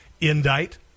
Indict